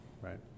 right